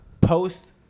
post